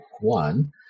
one